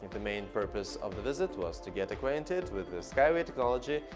the main purpose of the visit was to get acquainted with the skyway technology,